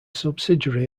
subsidiary